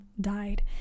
died